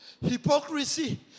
hypocrisy